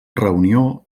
reunió